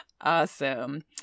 awesome